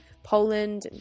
Poland